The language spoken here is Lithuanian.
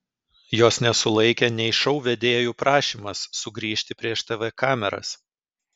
jos nesulaikė nei šou vedėjų prašymas sugrįžti prieš tv kameras